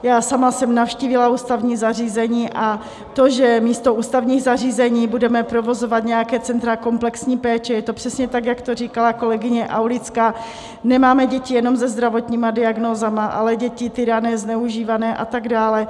Já sama jsem navštívila ústavní zařízení a to, že místo ústavních zařízení budeme provozovat nějaká centra komplexní péče je to přesně tak, jak to říkala kolegyně Aulická: nemáme děti jenom se zdravotními diagnózami, ale děti týrané, zneužívané a tak dále.